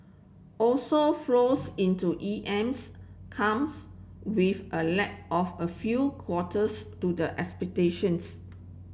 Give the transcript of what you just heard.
also flows into E Ms comes with a lag of a few quarters to the expectations